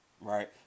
right